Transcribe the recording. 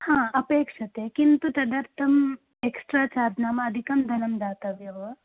हा अपेक्षते किन्तु तदर्थम् एक्स्ट्रा चार्ज् नाम अधिकं धनं दातव्यो वा